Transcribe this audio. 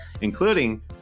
Including